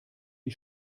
die